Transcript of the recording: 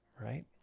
Right